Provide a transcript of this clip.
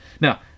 Now